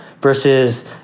versus